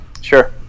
sure